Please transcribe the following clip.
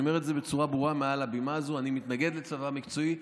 אני אומר את זה בצורה ברורה מעל הבמה הזו: אני מתנגד לצבא מקצועי.